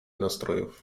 nastrojów